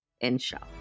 Inshallah